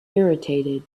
irritated